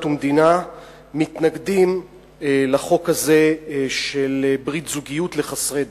ומדינה מתנגדים לחוק הזה של ברית זוגיות לחסרי דת.